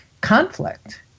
conflict